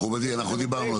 מכובדי, כבר דיברנו על זה.